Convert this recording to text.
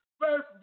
first